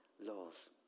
laws